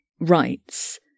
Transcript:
rights